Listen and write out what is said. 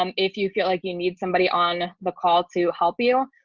um if you feel like you need somebody on the call to help you.